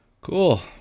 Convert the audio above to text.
Cool